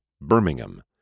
Birmingham